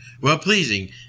well-pleasing